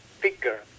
figure